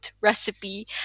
recipe